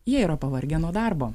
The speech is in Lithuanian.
jie yra pavargę nuo darbo